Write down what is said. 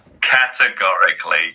categorically